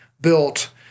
built